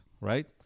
right